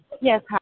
Yes